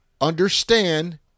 understand